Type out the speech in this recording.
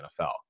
NFL